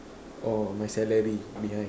oh my salary behind